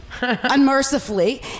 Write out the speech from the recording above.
Unmercifully